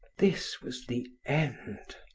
this was the end!